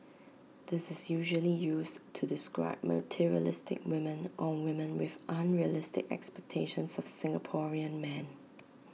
this is usually used to describe materialistic women or women with unrealistic expectations of Singaporean men